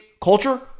culture